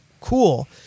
cool